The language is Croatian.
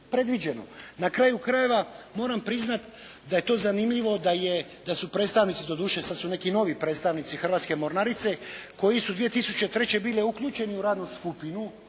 predviđeno. Na kraju krajeva moram priznati da je to zanimljivo da su predstavnici, doduše sad su neki novi predstavnici Hrvatske mornarice koji su 2003. bili uključeni u radnu skupinu